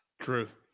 Truth